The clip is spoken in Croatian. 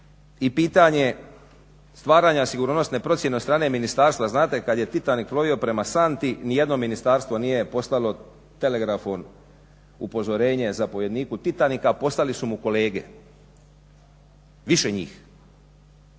i pitanje stvaranja sigurnosne procjene od strane ministarstva, znate kad je Titanic plovio prema santi nijedno ministarstvo nije poslalo telegrafom upozorenje zapovjedniku Titanica, poslali su mu kolege, više njih.